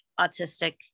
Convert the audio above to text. Autistic